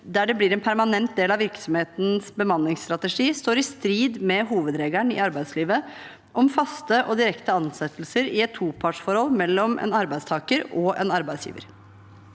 der det blir en permanent del av virksomhetenes bemanningsstrategi, står i strid med hovedregelen i arbeidslivet om faste og direkte ansettelser i et topartsforhold mellom en arbeidstaker og en arbeidsgiver.